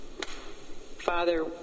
father